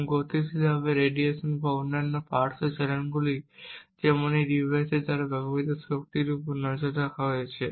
এবং গতিশীলভাবে রেডিয়েশন বা অন্যান্য পার্শ্ব চ্যানেলগুলি যেমন এই ডিভাইসের দ্বারা ব্যবহৃত শক্তির উপর নজর রাখা হয়েছে